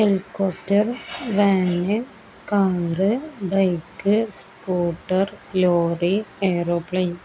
helicopter van car bike scooter lorry aeroplane